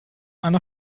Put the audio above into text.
einer